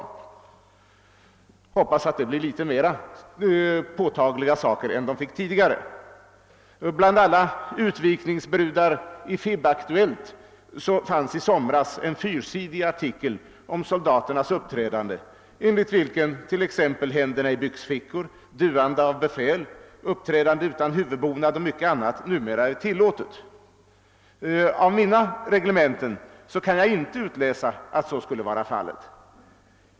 Jag hoppas att de blir litet tydligare än de tidigare. Bland alla utvikningsbrudar i Fibaktuellt fanns i somras en fyrsidig artikel om soldaternas uppträdande, enligt vilken t.ex. händerna i byxfickorna, duande av befäl, uppträdande utan huvudbonad och mycket annat numera är tillåtet. Av mina reglementen kan jag inte utläsa att så skulle vara fallet.